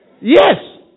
yes